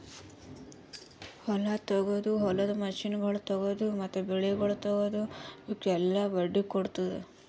ಹೊಲ ತೊಗೊದು, ಹೊಲದ ಮಷೀನಗೊಳ್ ತೊಗೊದು, ಮತ್ತ ಬೆಳಿಗೊಳ್ ತೊಗೊದು, ಇವುಕ್ ಎಲ್ಲಾ ಬಡ್ಡಿ ಕೊಡ್ತುದ್